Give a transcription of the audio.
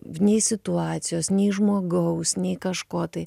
nei situacijos nei žmogaus nei kažko tai